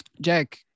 Jack